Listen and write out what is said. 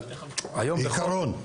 בעיקרון.